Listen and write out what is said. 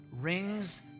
rings